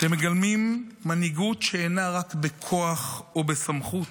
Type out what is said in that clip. אתם מגלמים מנהיגות שאינה רק בכוח או בסמכות,